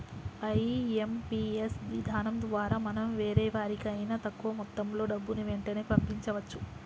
IMPS విధానం ద్వారా మనం వేరెవరికైనా తక్కువ మొత్తంలో డబ్బుని వెంటనే పంపించవచ్చు